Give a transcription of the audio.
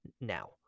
now